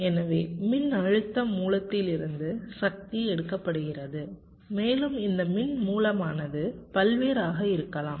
எனவே மின்னழுத்த மூலத்திலிருந்து சக்தி எடுக்கப்படுகிறது மேலும் இந்த மின் மூலமானது பல்வேறாக இருக்கலாம்